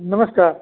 नमस्कार